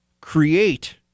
create